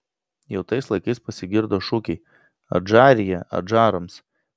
jau tais laikais pasigirdo šūkiai adžarija adžarams